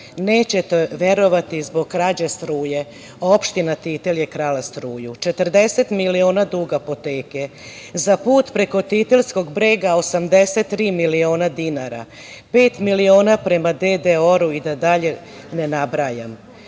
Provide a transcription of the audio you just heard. nećete verovati, zbog krađe struje. Opština Titel je krala struju. Dakle, 40 miliona dug apoteke, za put preko Titelskog brega 83 miliona dinara, pet miliona prema DDOR-u i da dalje ne nabrajam.